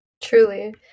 truly